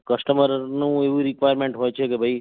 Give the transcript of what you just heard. કસ્ટમરનું એવી રિકવાયરમેન્ટ હોય છે કે ભઈ